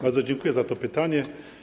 Bardzo dziękuję za to pytanie.